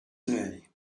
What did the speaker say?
day